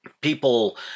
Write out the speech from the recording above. People